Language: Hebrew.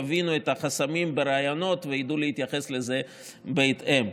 יבינו את החסמים בראיונות וידעו להתייחס לזה בהתאם.